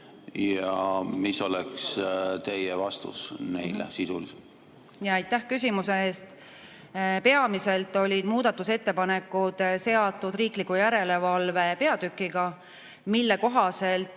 ja mis oleks teie vastus neile sisuliselt? Aitäh küsimuse eest! Peamiselt olid muudatusettepanekud seotud riikliku järelevalve peatükiga, mille kohaselt